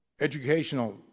educational